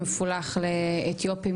מפולח לאתיופים,